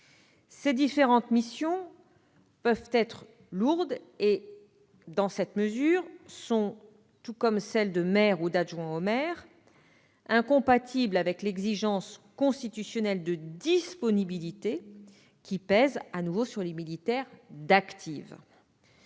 Ces différentes missions peuvent être lourdes. Dans cette mesure, elles sont, tout comme les missions de maire ou d'adjoint au maire, incompatibles avec l'exigence constitutionnelle de disponibilité qui pèse, à nouveau, sur les militaires en activité.